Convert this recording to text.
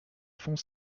font